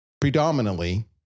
predominantly